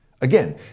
Again